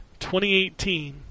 2018